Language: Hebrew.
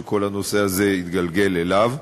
שכל הנושא הזה התגלגל אליו,